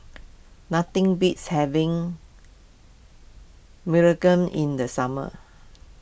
nothing beats having in the summer